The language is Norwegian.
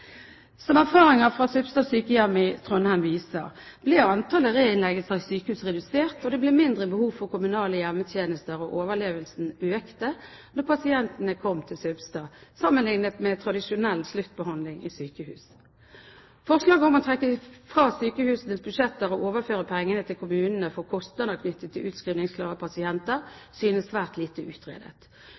Som erfaringer fra Søbstad sykehjem i Trondheim viser, ble antallet reinnleggelser i sykehus redusert, det ble mindre behov for kommunale hjemmetjenester, og overlevelsen økte når pasientene kom til Søbstad, sammenliknet med tradisjonell sluttbehandling i sykehus. Forslaget om å trekke fra sykehusenes budsjetter og overføre pengene til kommunene for kostnader knyttet til utskrivningsklare pasienter synes svært lite utredet.